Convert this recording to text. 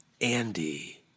Andy